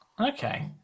okay